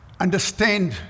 understand